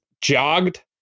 jogged